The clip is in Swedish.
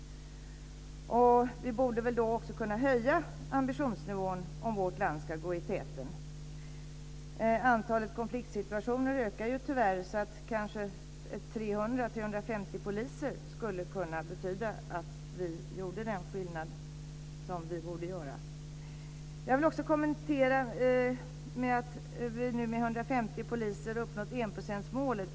Vi borde väl då också höja ambitionsnivån om vårt land ska gå i täten. Antalet konfliktsituationer ökar tyvärr. Kanske 300-350 poliser skulle kunna betyda att vi gjorde den skillnad som vi borde göra. Jag vill också kommentera att vi nu med 150 poliser har uppnått enprocentsmålet.